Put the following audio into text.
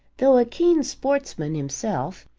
though a keen sportsman himself,